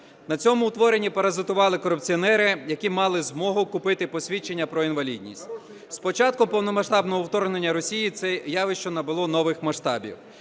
На цьому утворенні паразитували корупціонери, які мали змогу купити посвідчення про інвалідність. З початку повномасштабного вторгнення Росії це явище набуло нових масштабів,